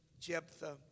Jephthah